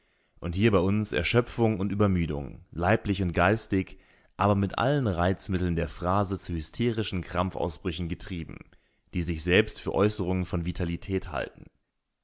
und hier bei uns erschöpfung und übermüdung leiblich und geistig aber mit allen reizmitteln der phrase zu hysterischen krampfausbrüchen getrieben die sich selbst für äußerungen von vitalität halten